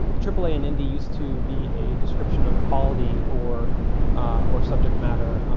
and aaa and indie used to be a description of quality or or subject matter,